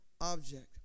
object